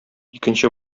икенче